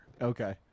Okay